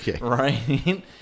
Right